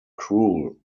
cruel